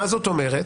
מה זאת אומרת?